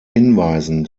hinweisen